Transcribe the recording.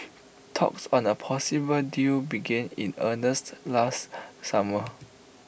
talks on A possible deal began in earnest last summer